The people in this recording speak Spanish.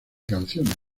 canciones